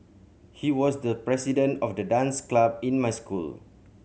he was the president of the dance club in my school